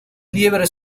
liebres